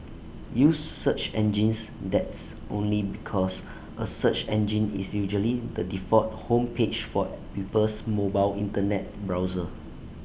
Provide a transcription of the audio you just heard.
use search engines that's only because A search engine is usually the default home page for people's mobile Internet browser